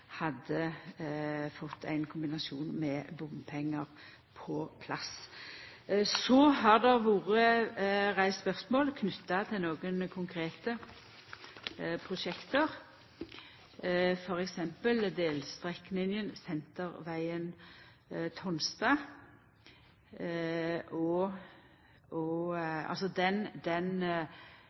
hadde fått ein kombinasjon med bompengar på plass. Så har det vore reist spørsmål knytt til nokre konkrete prosjekt, t.d. delstrekninga Sentervegen–Tonstad. Den